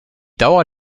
dauer